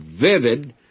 vivid